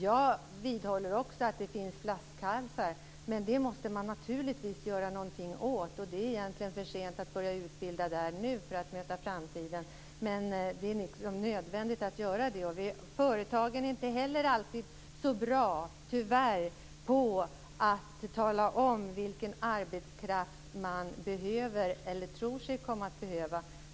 Jag vidhåller att det finns flaskhalsar, men det måste man naturligtvis göra någonting åt. Det är egentligen för sent att börja utbilda där nu för att möta framtiden. Men det är nödvändigt. Företagen är tyvärr inte alltid så bra på att tala om vilken arbetskraft man behöver eller tror sig komma att behöva.